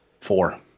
Four